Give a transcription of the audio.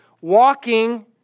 walking